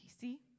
see